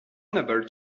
unable